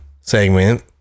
segment